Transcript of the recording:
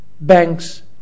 banks